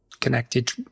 connected